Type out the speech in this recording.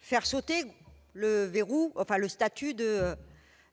faire sauter le verrou du statut